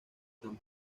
tan